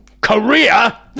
Korea